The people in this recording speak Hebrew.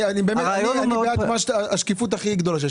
אני בעד השקיפות הכי גדולה שיש.